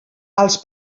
els